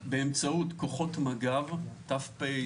באמצעות כוחות מג"ב ת"פ,